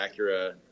Acura